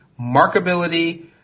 markability